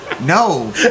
No